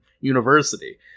University